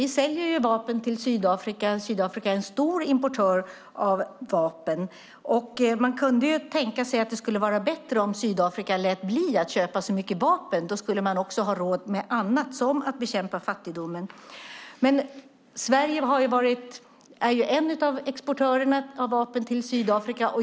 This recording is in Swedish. Vi säljer vapen till Sydafrika. Sydafrika är en stor importör av vapen. Man skulle kunna tänka sig att det skulle vara bättre om Sydafrika lät bli att köpa så mycket vapen. Då skulle man ha råd med annat, som att bekämpa fattigdomen. Sverige är en av exportörerna av vapen till Sydafrika.